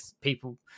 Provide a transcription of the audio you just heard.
people